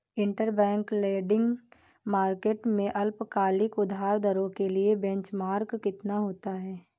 Interbank lending market में अल्पकालिक उधार दरों के लिए बेंचमार्क कितना होता है?